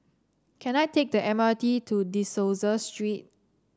can I take the M R T to De Souza Street